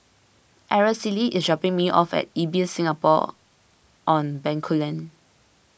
Araceli is dropping me off at Ibis Singapore on Bencoolen